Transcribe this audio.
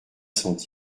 sont